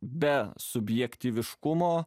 be subjektyviškumo